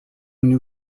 new